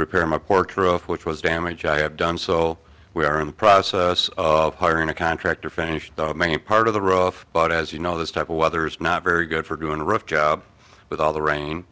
repair my porch roof which was damage i have done so we are in the process of hiring a contractor finished many part of the row off but as you know this type of weather is not very good for doing a rough job with all the rain